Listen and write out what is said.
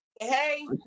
Hey